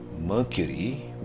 Mercury